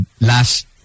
last